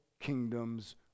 kingdoms